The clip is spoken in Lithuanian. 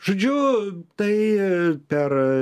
žodžiu tai per